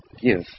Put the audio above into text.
give